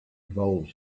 evolved